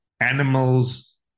animals